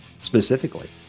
specifically